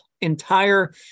entire